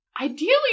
Ideally